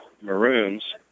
Maroons